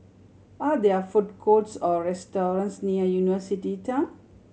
are there food courts or restaurants near University Town